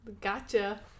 Gotcha